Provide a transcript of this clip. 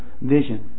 vision